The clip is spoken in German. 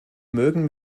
mögen